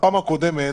בפעם הקודמת